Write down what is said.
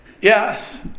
yes